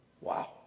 Wow